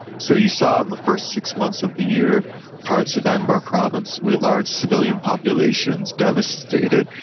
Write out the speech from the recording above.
so you saw in the first six months of the year parts of anbar province with large civilian populations devastated,